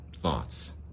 thoughts